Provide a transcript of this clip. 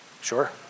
Sure